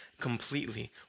completely